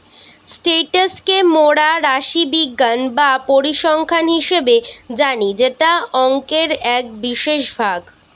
status কে মোরা রাশিবিজ্ঞান বা পরিসংখ্যান হিসেবে জানি যেটা অংকের এক বিশেষ ভাগ